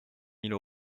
mille